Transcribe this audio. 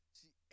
see